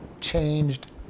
changed